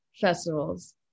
festivals